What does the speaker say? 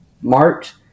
March